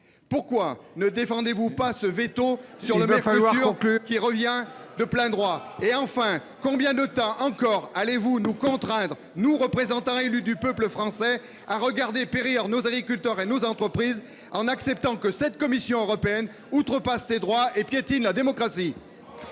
Pourquoi n’exercez vous pas le veto qui vous revient de plein droit ? Il faut conclure ! Enfin, combien de temps encore allez vous nous contraindre, nous, représentants élus du peuple français, à regarder périr nos agriculteurs et nos entreprises, en acceptant que cette Commission européenne outrepasse ses droits et piétine la démocratie ?